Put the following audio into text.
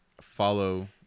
follow